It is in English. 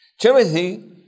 Timothy